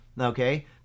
okay